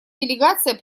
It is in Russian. делегация